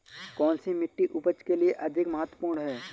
कौन सी मिट्टी उपज के लिए अधिक महत्वपूर्ण है?